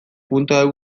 horretan